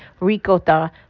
ricotta